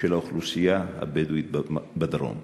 של האוכלוסייה הבדואית בדרום.